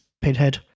Pinhead